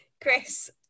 Chris